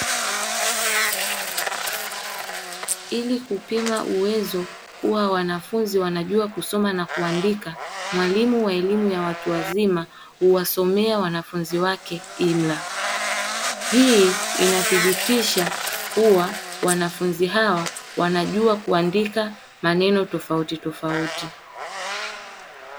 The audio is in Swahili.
Ili kupima uwezo kuwa wanafunzi wanajua kusoma na kuandika mwalimu wa elimu ya watu wazima huwasomea wanafunzi wake imla; hii linathibitisha kuwa wanafunzi hawa wanajua kuandika maneno tofautitofauti.